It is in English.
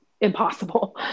impossible